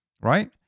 right